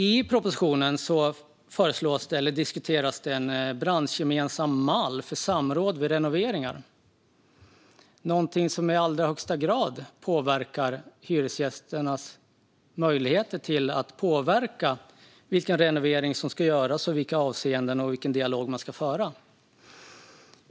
I propositionen diskuteras en branschgemensam mall för samråd vid renoveringar. Det är något som i allra högsta grad påverkar hyresgästernas möjligheter att påverka vilken renovering som ska göras och i vilka avseenden samt vilken dialog som ska föras.